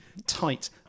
Tight